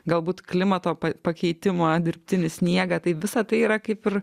galbūt klimato pakeitimą dirbtinį sniegą tai visa tai yra kaip ir